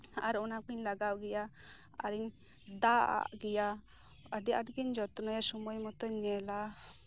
ᱟᱨ ᱚᱱᱟ ᱠᱚᱧ ᱞᱟᱜᱟᱣ ᱜᱮᱭᱟ ᱟᱨᱤᱧ ᱫᱟᱜ ᱟᱜ ᱜᱮᱭᱟ ᱟᱹᱰᱤ ᱟᱹᱴ ᱜᱤᱧ ᱡᱚᱛᱱᱚᱭᱟ ᱥᱚᱢᱚᱭ ᱢᱚᱛᱚᱧ ᱧᱮᱞᱟ